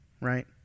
right